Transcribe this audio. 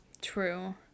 True